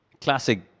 Classic